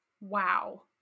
wow